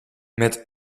met